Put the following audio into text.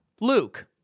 Luke